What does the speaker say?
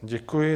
Děkuji.